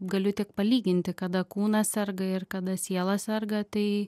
galiu tik palyginti kada kūnas serga ir kada siela serga tai